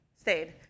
stayed